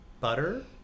butter